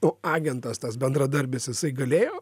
o agentas tas bendradarbis jisai galėjo